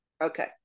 Okay